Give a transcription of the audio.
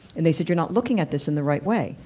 and they said you are not looking at this in the right way.